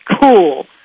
cool